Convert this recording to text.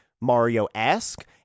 Mario-esque